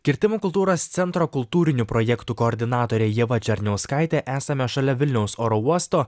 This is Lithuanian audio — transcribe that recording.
kirtimų kultūros centro kultūrinių projektų koordinatore ieva černiauskaite esame šalia vilniaus oro uosto